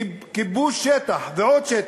כיבוש שטח ועוד שטח,